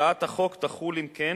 הצעת החוק תחול, אם כן,